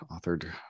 authored